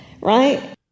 right